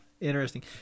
interesting